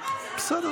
אגב,